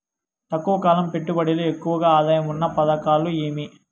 తక్కువ కాలం పెట్టుబడిలో ఎక్కువగా ఆదాయం ఉన్న పథకాలు ఏమి?